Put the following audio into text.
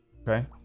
okay